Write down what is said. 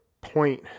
point